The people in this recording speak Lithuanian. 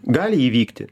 gali įvykti